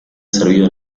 servido